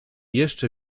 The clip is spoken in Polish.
jeszcze